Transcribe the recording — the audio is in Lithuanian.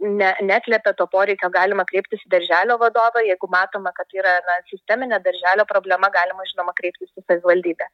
ne neatliepia to poreikio galima kreiptis į darželio vadovą jeigu matoma kad yra na sisteminė darželio problema galima žinoma kreiptis į savivaldybę